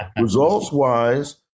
Results-wise